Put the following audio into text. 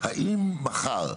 האם מחר,